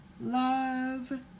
Love